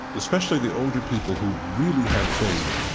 especially the older people who really have faith,